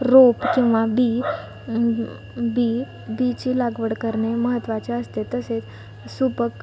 रोप किंवा बी बी बीची लागवड करणे महत्त्वाचे असते तसेच सुपीक